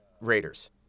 raiders